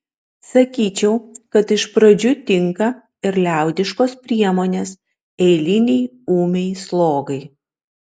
sakyčiau kad iš pradžių tinka ir liaudiškos priemonės eilinei ūmiai slogai